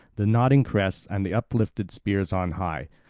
the nodding crests, and the uplifted spears on high.